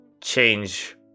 change